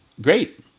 Great